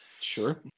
Sure